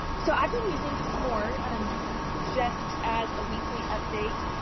so, i've been using smore and um just as a weekly update.